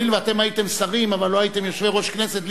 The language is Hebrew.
הואיל ואתם הייתם שרים אבל לא הייתם יושבי-ראש כנסת,